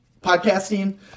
podcasting